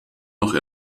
noch